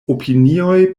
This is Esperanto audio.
opinioj